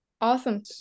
Awesome